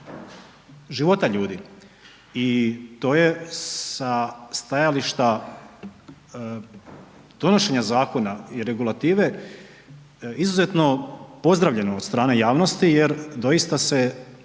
života ljudi i to je sa stajališta donošenja zakona i regulative izuzetno pozdravljeno od strane javnosti jer doista se